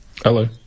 Hello